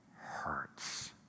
hurts